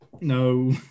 no